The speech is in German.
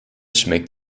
schmeckt